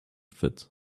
fit